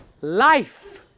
life